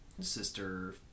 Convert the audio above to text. sister